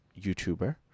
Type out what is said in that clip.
youtuber